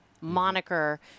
moniker